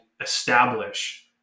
establish